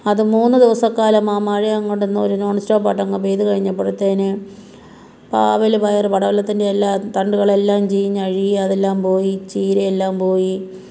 അത് മൂന്ന് ദിവസക്കാലം ആ മഴയങ്ങോട്ടൊന്ന് ഒരു നോൺ സ്റ്റോപ്പായിട്ടങ്ങ് പെയ്ത് കഴിഞ്ഞപ്പഴ്ത്തേന് പാവൽ പയർ പടവലത്തിൻ്റെയെല്ലാം തണ്ടുകളെല്ലാം ചീഞ്ഞ് അഴുകി അതെല്ലാം പോയി ചീരയെല്ലാം പോയി